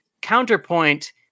counterpoint